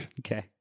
Okay